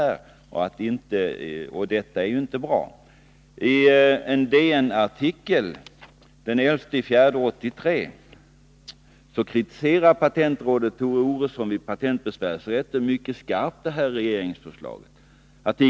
Det är inte bra. Ten DN-artikel den 11 april 1983 kritiserar patenträttsrådet Tore Oredsson mycket skarpt det här regeringsförslaget.